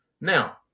Now